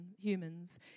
humans